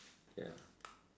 ya